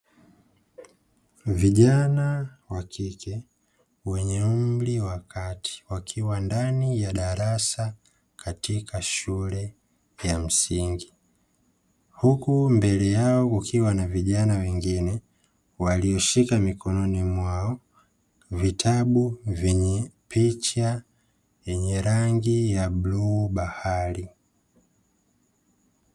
Vijana wa kike wenye umri wa kati, wakiwa ndani ya darasa katika shule ya msingi. Huku mbele yao kukiwa na vijana wengine, walio shika mikononi mwao vitabu vyenye picha yenye rangi ya bluu bahari.